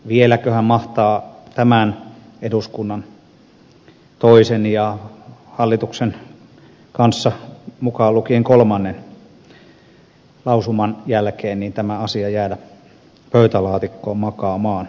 vieläköhän mahtaa tämän eduskunnan toisen ja hallitus mukaan lukien kolmannen lausuman jälkeen tämä asia jäädä pöytälaatikkoon makaamaan